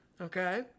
Okay